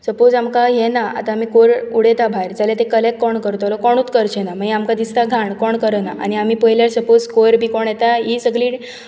suppose आमकां हे ना आतां आमी कोयर उडयता भायर जाल्यार ते क्लेक्ट कोण करतलो कोणूत ना मागीर आमकां दिसता घाण कोणूत करना आनी आमी पळयल्यार सपोज कोयर बी कोण येता यी सगली